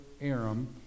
Aram